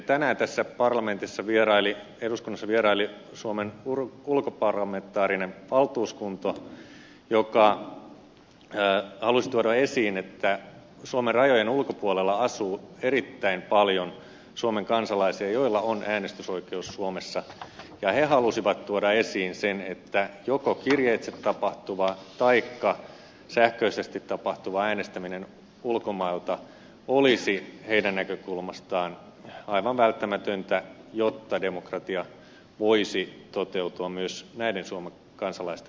tänään tässä parlamentissa eduskunnassa vieraili suomen ulkoparlamentaarinen valtuuskunta joka halusi tuoda esiin että suomen rajojen ulkopuolella asuu erittäin paljon suomen kansalaisia joilla on äänestysoikeus suomessa ja he halusivat tuoda esiin sen että joko kirjeitse tapahtuva taikka sähköisesti tapahtuva äänestäminen ulkomailta olisi heidän näkökulmastaan aivan välttämätöntä jotta demokratia voisi toteutua myös näiden suomen kansalaisten osalta